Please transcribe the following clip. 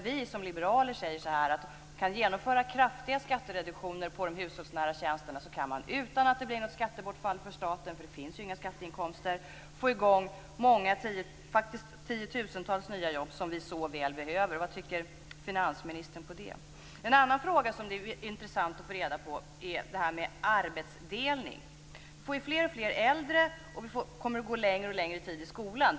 Vi liberaler säger att vi kan genomföra kraftiga skattereduktioner på de hushållsnära tjänsterna. Då kan vi - utan att det blir något skattebortfall för staten, eftersom det inte finns några skatteinkomster på området - få i gång tiotusentals nya jobb som vi så väl behöver. Vad tycker finansministern om det? En annan intressant fråga gäller arbetsdelning. Det blir alltfler äldre. Vi går allt längre tid i skolan.